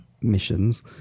missions